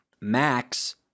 Max